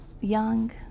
young